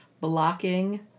blocking